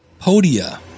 Podia